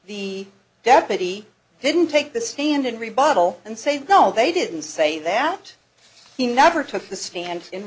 the deputy didn't take the stand in rebuttal and say no they didn't say that he never took the stand